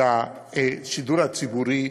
של השידור הציבורי,